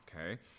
okay